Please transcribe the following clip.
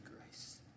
grace